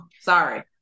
Sorry